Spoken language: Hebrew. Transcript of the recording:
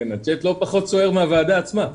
הצ'ט לא פחות סוער מהועדה עצמה.